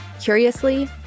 Curiously